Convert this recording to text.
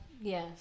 yes